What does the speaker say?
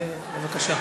אז, בבקשה.